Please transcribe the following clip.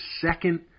second